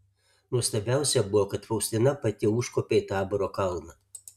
nuostabiausia buvo kad faustina pati užkopė į taboro kalną